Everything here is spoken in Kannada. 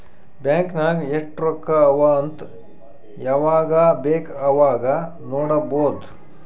ಬ್ಯಾಂಕ್ ನಾಗ್ ಎಸ್ಟ್ ರೊಕ್ಕಾ ಅವಾ ಅಂತ್ ಯವಾಗ ಬೇಕ್ ಅವಾಗ ನೋಡಬೋದ್